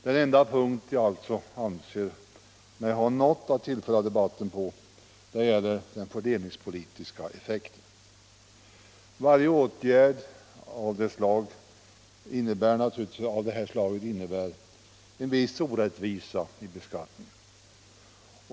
Den enda punkt där jag alltså anser mig ha något att tillföra debatten gäller den fördelningspolitiska effekten. Varje åtgärd av det slaget innebär en viss orättvisa vid beskattningen.